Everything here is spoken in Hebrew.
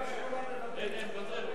מוותר.